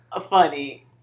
funny